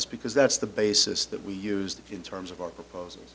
is because that's the basis that we used in terms of our propos